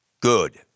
good